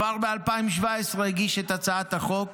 כבר ב-2017 הגיש את הצעת החוק.